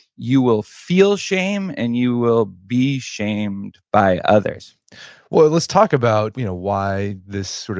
you will feel shame and you will be shamed by others well let's talk about you know why this,